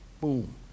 Boom